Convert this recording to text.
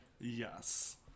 Yes